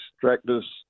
tractors